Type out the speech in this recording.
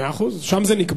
מאה אחוז, שם זה נקבע.